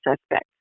suspect